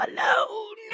alone